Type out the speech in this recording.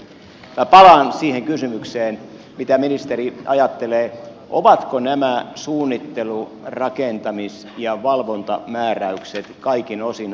palaan siihen kysymykseen mitä ministeri ajattelee ovatko nämä suunnittelu rakentamis ja valvontamääräykset kaikin osin ajan tasalla